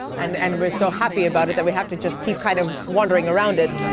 and and we're so happy about it that we have to just keep kind of wandering around it.